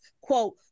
quote